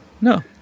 No